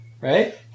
Right